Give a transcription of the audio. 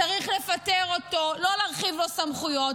צריך לפטר אותו, לא להרחיב לו סמכויות.